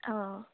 অঁ